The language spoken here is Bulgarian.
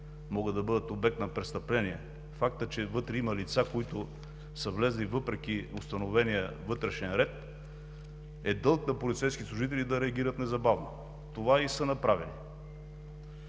могат да бъдат обект на престъпление. Факт е, че вътре има лица, които са влезли въпреки установения вътрешен ред. Дълг е на полицейски служители да реагират незабавно. Това и са направили.